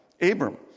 Abram